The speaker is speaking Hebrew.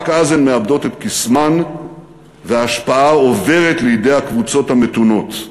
רק אז הן מאבדות את קסמן וההשפעה עוברת לידי הקבוצות המתונות.